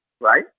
Right